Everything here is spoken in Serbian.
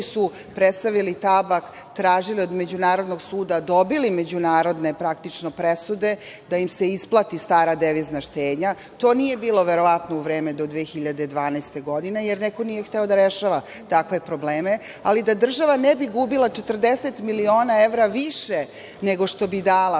su presavili tabak, tražili od Međunarodnog suda, dobili međunarodne presude, da im se isplati stara devizna štednja. To nije bilo verovatno u vreme do 2012. godine, jer neko nije hteo da rešava takve probleme, ali da država ne bi gubila 40 miliona evra više, nego što bi dala